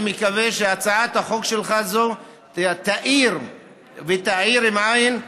אני מקווה שהצעת החוק שלך הזו תאיר ותעיר, בעי"ן,